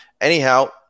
anyhow